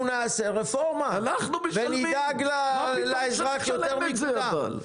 אנחנו נעשה רפורמה ונדאג לאזרח יותר מכולם.